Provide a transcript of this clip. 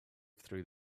through